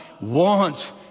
wants